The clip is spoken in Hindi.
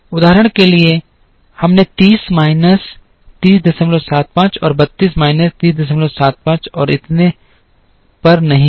उदाहरण के लिए हमने 30 माइनस 3075 और 32 माइनस 3075 और इतने पर नहीं किया